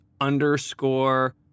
underscore